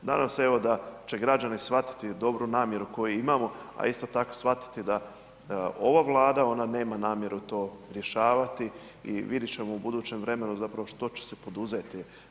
Nadam se, evo, da će građani shvatiti dobru namjeru koju imamo, a isto tako, shvatiti da ova Vlada, ona nema namjeru to rješavati i vidit ćemo u budućem vremenu zapravo što će se poduzeti.